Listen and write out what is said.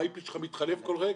ה-IP שלך מתחלף כל רגע.